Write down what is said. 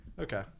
Okay